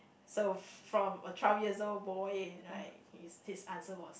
so from a twelve years old boy right his answer was